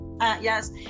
Yes